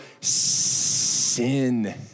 sin